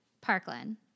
Parkland